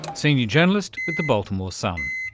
senior journalist with the baltimore sun.